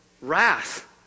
wrath